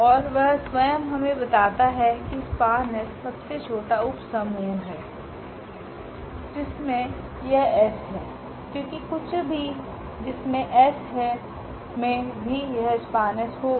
और वह स्वयं हमें बताता है कि SPAN𝑆 सबसे छोटा उप समूह है जिसमें यह 𝑆है क्योंकि कुछ भी जिसमें S है में भी यह SPAN 𝑆 होगा